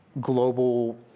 global